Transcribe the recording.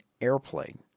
airplane